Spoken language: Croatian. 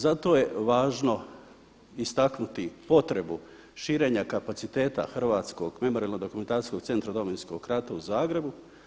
Zato je važno istaknuti potrebu širenja kapaciteta Hrvatskog memorijalno-dokumentacijskog centra Domovinskog rata u Zagrebu.